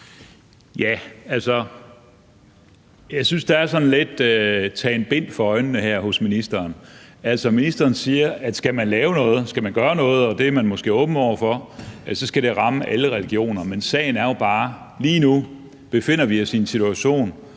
Altså, jeg synes, der er sådan lidt tagen bind for øjnene her hos ministeren. Ministeren siger, at skal man lave noget, skal man gøre noget – og det er man måske åben over for – så skal det ramme alle religioner. Men sagen er jo bare, at lige nu befinder vi os i en situation,